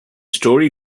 story